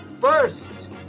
first